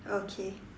okay